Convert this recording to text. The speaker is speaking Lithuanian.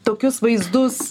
tokius vaizdus